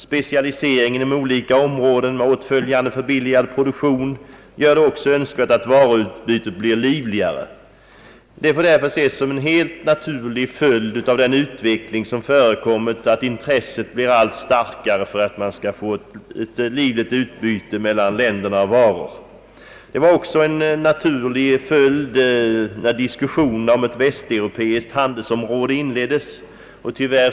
Specialiseringen inom olika områden med åtföljande förbilligad produktion gör det också önskvärt att varuutbytet blir livligare. Det får därför ses som en helt naturlig följd av den utveckling som förekommit att intresset för att få ett livligt utbyte av varor mellan länderna blir allt starkare. Det var också en naturlig följd av utvecklingen när diskussionen om ett västeuropeiskt handelsområde «inleddes.